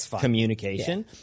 communication